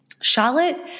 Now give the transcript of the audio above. Charlotte